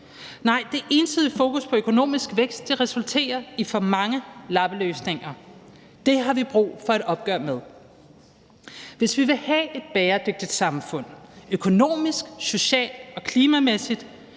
Nej, det ensidige fokus på økonomisk vækst resulterer i for mange lappeløsninger. Det har vi brug for et opgør med. Hvis vi vil have et bæredygtigt samfund, økonomisk, socialt og klimamæssigt,